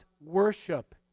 worship